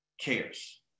cares